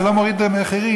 זה לא מוריד מחירים.